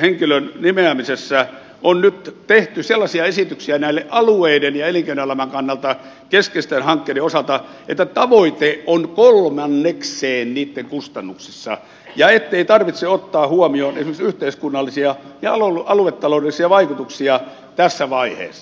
henkilön nimeämisessä on nyt tehty sellaisia esityksiä alueiden ja elinkeinoelämän kannalta keskeisten hankkeiden osalta että tavoite on kolmannekseen niitten kustannuksissa ja ettei tarvitse ottaa huomioon esimerkiksi yhteiskunnallisia ja aluetaloudellisia vaikutuksia tässä vaiheessa